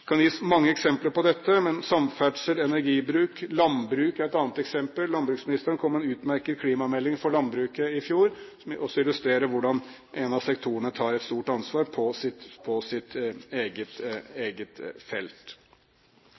kan gis mange eksempler på dette – samferdsel, energibruk. Landbruk er et annet eksempel. Landbruksministeren kom med en utmerket klimamelding for landbruket i 2009 som også illustrerer hvordan en av sektorene tar et stort ansvar på sitt eget felt.